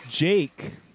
Jake